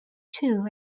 too